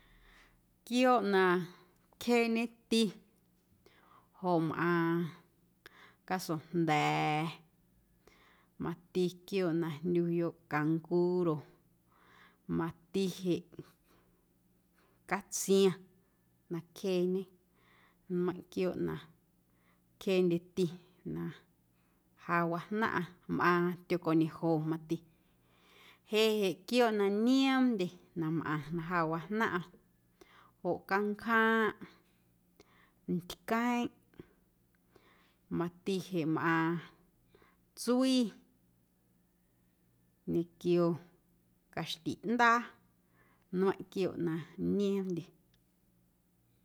Quiooꞌ na cjeeñeti joꞌ mꞌaaⁿ casojnda̱a̱, mati quiooꞌ na jndyuyoꞌ canguro, mati jeꞌ catsiaⁿ na cjeeñe nmeiⁿꞌ quiooꞌ na cjeendyeti na ja wajnaⁿꞌa mꞌaaⁿ tyocañejo mati. Jeꞌ jeꞌ quiooꞌ na nioomndye na mꞌaⁿ na ja wajnaⁿꞌa joꞌ canjaaⁿꞌ, ntqueⁿꞌ mati jeꞌ mꞌaaⁿ tsui ñequio caxtiꞌndaa nmeiⁿꞌ quiooꞌ na nioomndye.